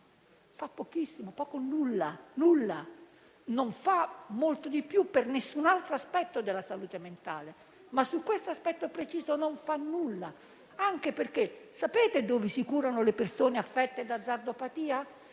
Fa pochissimo o nulla. Non fa molto di più per nessun altro aspetto della salute mentale, ma su questo fronte preciso non fa nulla. Sapete dove si curano le persone affette da azzardopatia?